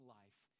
life